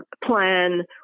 plan